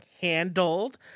handled